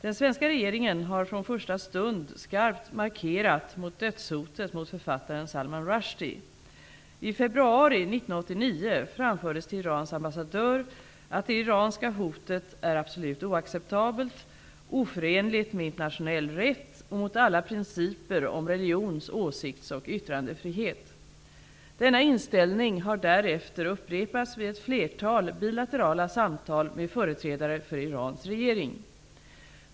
Den svenska regeringen har från första stund skarpt markerat mot dödshotet mot författaren Salman Rushdie. I februari 1989 framfördes till Irans ambassadör att det iranska hotet är absolut oacceptabelt, oförenligt med internationell rätt och mot alla principer om religions-, åsikts och yttrandefrihet. Denna inställning har därefter upprepats vid ett flertal bilaterala samtal med företrädare för Irans regering.